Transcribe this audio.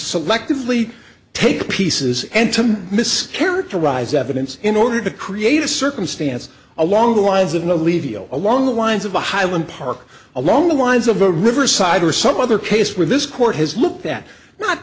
selectively take pieces and to mischaracterize evidence in order to create a circumstance along the lines of the levy along the lines of a highland park along the lines of a riverside or some other case where this court has looked at not